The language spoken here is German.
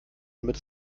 damit